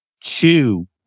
two